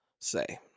say